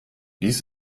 dies